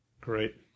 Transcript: Great